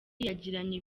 yagiranye